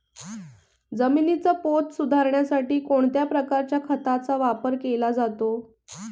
जमिनीचा पोत सुधारण्यासाठी कोणत्या प्रकारच्या खताचा वापर केला जातो?